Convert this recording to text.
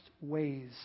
ways